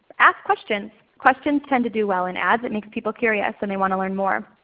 ask questions. questions tend to do well in ads. it makes people curious and they want to learn more.